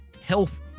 health